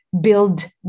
build